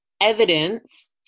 evidence